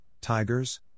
tigers